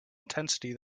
intensity